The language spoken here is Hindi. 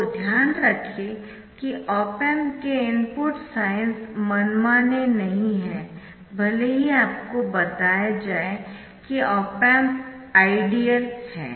तो ध्यान रखें कि ऑप एम्प के इनपुटसाइन्स मनमाने नहीं है भले ही आपको बताया जाए कि ऑप एम्प आइडियल है